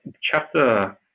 Chapter